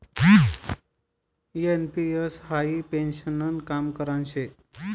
NPS हाई पेन्शननं काम करान शे